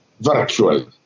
virtual